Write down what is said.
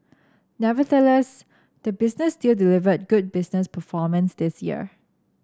nevertheless the business still delivered good business performance this year